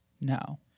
No